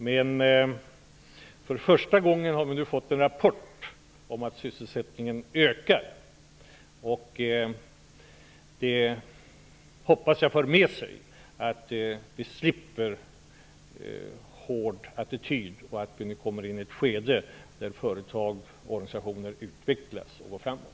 Men vi har nu för första gången fått rapport om att sysselsättningen ökar. Jag hoppas att detta för med sig att vi slipper en hård attityd och att vi kommer in i ett skede där företag och organisationer utvecklas och går framåt.